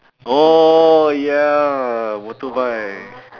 oh ya motorbike